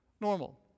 Normal